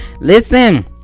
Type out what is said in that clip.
listen